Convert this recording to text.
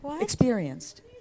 experienced